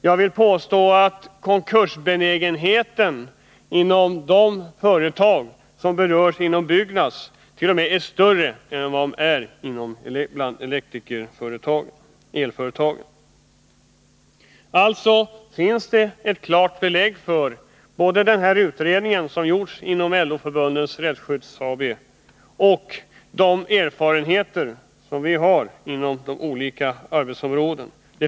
Jag vill påstå att konkursbenägenheten bland de företag som är aktuella för Byggnadst.o.m. är större än bland elföretagen. Det finns alltså klara belägg för hur förhållandena är — både den utredning som gjorts av LO-Förbundens Rättsskydd AB och de erfarenheter som vi har inom olika arbetsområden.